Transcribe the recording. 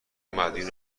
مدیون